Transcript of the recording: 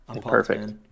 perfect